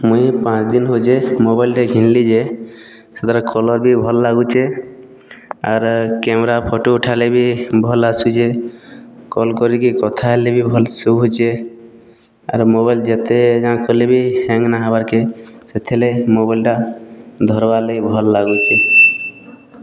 ମୁଇଁ ପାଞ୍ଚଦିନ୍ ପଛେ ମୋବାଇଲ୍ଟେ କିଣିଲି ଯେ ହେତେରେ କଲର୍ ବି ଭଲ୍ ଲାଗୁଛେ ଆର୍ କ୍ୟାମେରା ଫଟୋ ଉଠାଇଲେ ବି ଭଲ୍ ଆସୁଛେ କଲ୍ କରିକି କଥା ହେଲେ ବି ଭଲ୍ ଶୁଭୁଛେ ଆର୍ ମୋବାଇଲ୍ ଯେତେ ଯାହାକଲେ ବି ହ୍ୟାଙ୍ଗ୍ ନାହିଁ ହବାର୍ କେ ସେଥିର୍ ଲାଗି ମୋବାଇଲ୍ଟା ଧର୍ବାର୍ ଲାଗି ଭଲ୍ ଲାଗୁଛେ